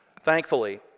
Thankfully